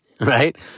Right